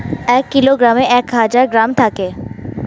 এক কিলোগ্রামে এক হাজার গ্রাম থাকে